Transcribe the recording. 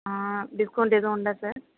ஆ discount எதுவும் உண்டா sir